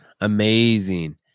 Amazing